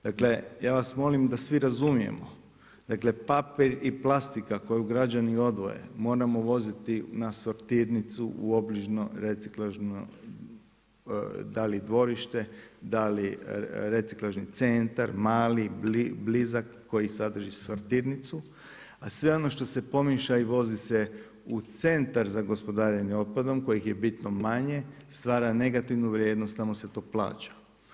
Dakle ja vas molim da svi razumijemo, dakle papir i plastika koju građani odvoje moramo voziti na sortirnicu u obližnje reciklažno, da li dvorište, da li reciklažni centar, mali, blizak, koji sadrži sadrži sortirnicu a sve ono što se pomišlja i vozi se u centar za gospodarenje otpadom kojih je bitno manje, stvara negativnu vrijednost, tamo se to plaća.